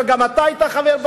שגם בה היית חבר.